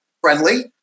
friendly